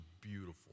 beautiful